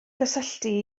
cysylltu